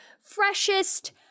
freshest